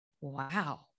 wow